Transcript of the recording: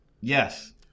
Yes